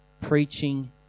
Preaching